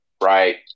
Right